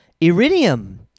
Iridium